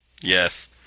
Yes